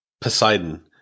Poseidon